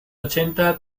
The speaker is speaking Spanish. ochenta